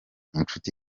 inshuti